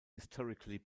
historically